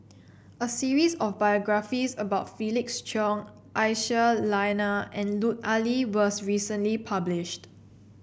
a series of biographies about Felix Cheong Aisyah Lyana and Lut Ali was recently published